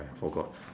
!aiya! forgot